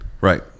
Right